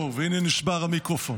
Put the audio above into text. הינה, נשבר המיקרופון.